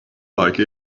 like